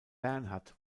bernhard